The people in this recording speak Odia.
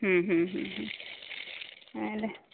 ହୁଁ ହୁଁ ହୁଁ ହୁଁ ଏନ୍ତି